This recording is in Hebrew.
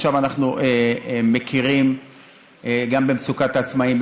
עכשיו אנחנו מכירים גם במצוקת העצמאים,